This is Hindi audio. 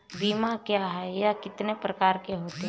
बीमा क्या है यह कितने प्रकार के होते हैं?